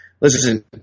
Listen